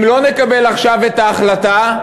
אם לא נקבל עכשיו את ההחלטה,